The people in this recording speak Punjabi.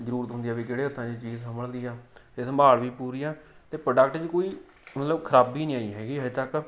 ਜ਼ਰੂਰਤ ਹੁੰਦੀ ਹੈ ਵੀ ਕਿਹੜੇ ਹੱਥਾਂ 'ਚ ਚੀਜ਼ ਸੰਭਲਦੀ ਆ ਅਤੇ ਸੰਭਾਲ ਵੀ ਪੂਰੀ ਹੈ ਅਤੇ ਪ੍ਰੋਡਕਟ 'ਚ ਕੋਈ ਮਤਲਬ ਖਰਾਬੀ ਨਹੀਂ ਆਈ ਹੈਗੀ ਹਜੇ ਤੱਕ